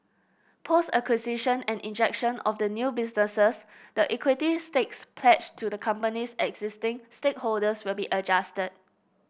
post acquisition and injection of the new businesses the equity stakes pledged to the company's existing stakeholders will be adjusted